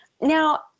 Now